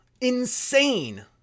insane